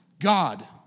God